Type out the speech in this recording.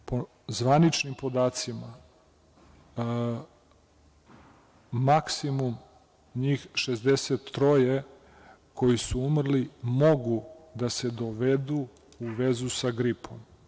Po zvaničnim podacima maksimum njih 63 koji su umrli mogu da se dovedu u vezu sa gripom.